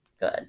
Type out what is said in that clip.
good